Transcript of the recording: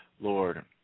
Lord